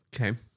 Okay